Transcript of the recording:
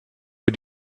für